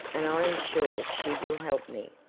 and i am sure she will help me.